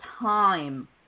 time